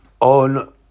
on